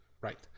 right